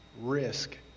risk